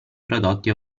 prodotti